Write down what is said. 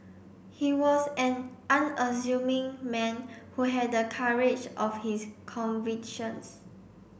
he was an unassuming man who had the courage of his convictions